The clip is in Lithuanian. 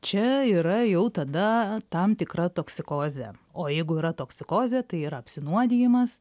čia yra jau tada tam tikra toksikozė o jeigu yra toksikozė tai yra apsinuodijimas